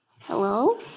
Hello